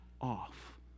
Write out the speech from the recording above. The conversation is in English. off